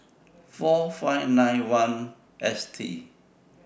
four five nine one S T